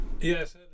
yes